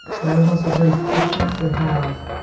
but i was also very fortunate to have